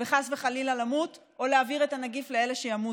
וחס וחלילה למות או להעביר את הנגיף לאלה שימותו.